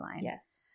Yes